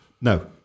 No